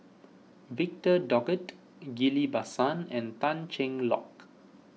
Victor Doggett Ghillie Basan and Tan Cheng Lock